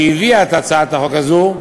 שהביאה את הצעת החוק הזאת,